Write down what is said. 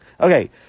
okay